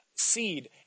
Seed